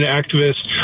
activists